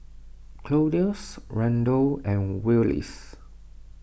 Claudius Randal and Willis